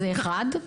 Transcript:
זה אחת.